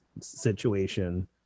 situation